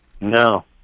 No